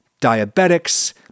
diabetics